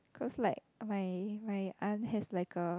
cause like my my aunt has like a